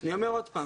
אני אומר שוב.